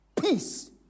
peace